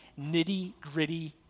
nitty-gritty